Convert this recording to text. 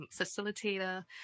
facilitator